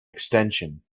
extension